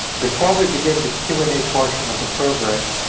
before we begin the q and a portion of the program,